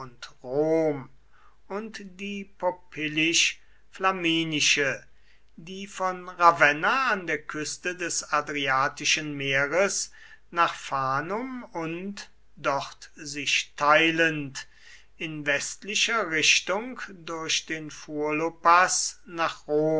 und die popillisch flaminische die von ravenna an der küste des adriatischen meeres nach fanum und dort sich teilend in westlicher richtung durch den furlopaß nach